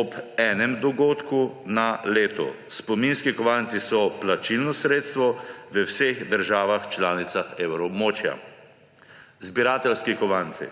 ob enem dogodku na leto. Spominski kovanci so plačilno sredstvo v vseh državah članicah evroobmočja. Zbirateljski kovanci